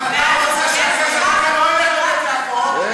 לחברת הכנסת מרב מיכאלי יש הצעת חוק בעניין.